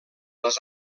les